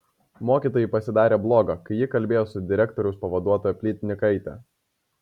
mokytojai pasidarė bloga kai ji kalbėjo su direktoriaus pavaduotoja plytnikaite